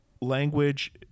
language